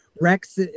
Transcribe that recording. Rex